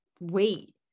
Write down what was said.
wait